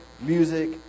music